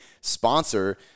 sponsor